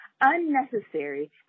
unnecessary